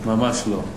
ממש לא.